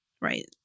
right